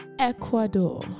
Ecuador